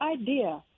idea